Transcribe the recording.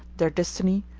their destiny,